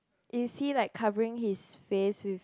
is he like covering his face with